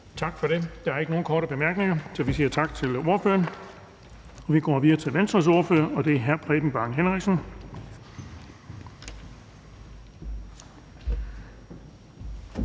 Tak for det. Der er ikke nogen korte bemærkninger, så vi siger tak til ordføreren. Vi går videre til Venstres ordfører, og det er hr. Preben Bang Henriksen.